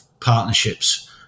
partnerships